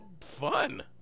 fun